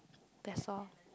that's all